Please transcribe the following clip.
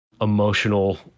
emotional